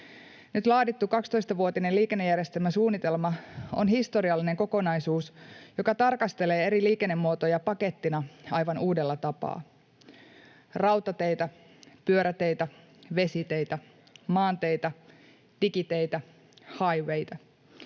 Nyt laadittu 12-vuotinen liikennejärjestelmäsuunnitelma on historiallinen kokonaisuus, joka tarkastelee eri liikennemuotoja pakettina aivan uudella tapaa: rautateitä, pyöräteitä, vesiteitä, maanteitä, digiteitä, highwayita.